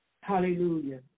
Hallelujah